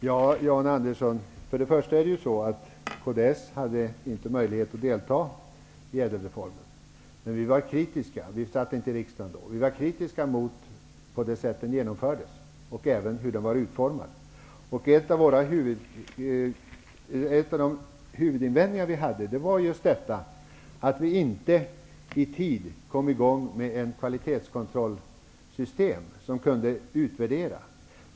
Fru talman! Kds hade inte möjlighet att delta i utarbetandet av ÄDEL-reformen, Jan Andersson, eftersom vi inte satt i riksdagen då. Vi var emellertid kritiska mot det sätt på vilket reformen genomfördes och även mot dess utformning. En av våra huvudinvändningar var att man inte i tid kom i gång med ett kvalitetskontrollsystem, som kunde användas för utvärderingar.